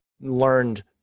learned